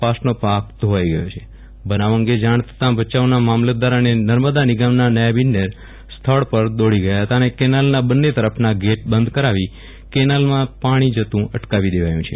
કપાસનો પાક ધોવાઇ ગથો છે ણ થતા ભચાઉના મામલતદાર અને નર્મદા નિગમના નાયબ ઈજનેર સ્થળ પર દોડી ગયા હતા અને કેનાલના બંને તરફના ગેટ બંધ કરાવી કેનાલમાં જતું પાણી અટકાવી દેવાયું છે